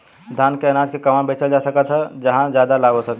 धान के अनाज के कहवा बेचल जा सकता जहाँ ज्यादा लाभ हो सके?